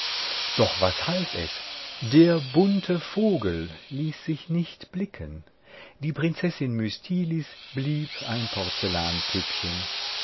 doch was half es der bunte vogel ließ sich nicht blicken die prinzessin mystilis blieb ein